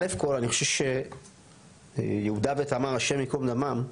א', אני חושב שיהודה ותמר, השם יקום דמם,